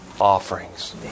offerings